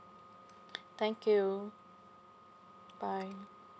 thank you bye